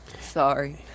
Sorry